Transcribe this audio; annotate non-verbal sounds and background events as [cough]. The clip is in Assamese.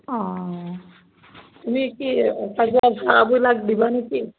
অঁ তুমি কি [unintelligible] বিলাক দিবা নেকি